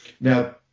Now